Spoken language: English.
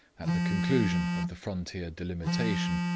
at the conclusion of the frontier delimitation,